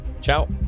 Ciao